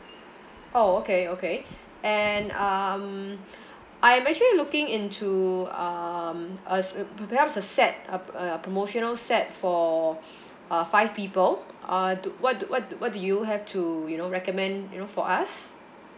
oh okay okay and um I'm actually looking into um a s~ per~ perhaps a set a a promotional set for uh five people uh do what do what do you have to you know recommend you know for us